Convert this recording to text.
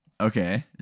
okay